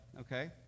okay